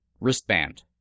Wristband